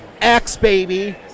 X-Baby